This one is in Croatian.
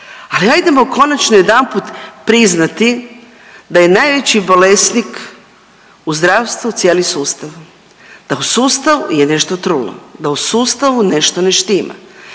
Ali ajdemo konačno jedanput priznati da je najveći bolesnik u zdravstvu cijeli sustav, da u sustavu je nešto trulo, da u sustavu nešto ne štima.